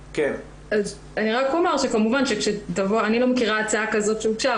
אז אני רק אומר שכמובן אני לא מכירה הצעה כזו שהוגשה,